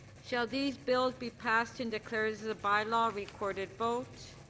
shall these bills be passed and declared as a bylaw, recorded vote.